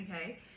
okay